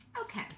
okay